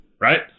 right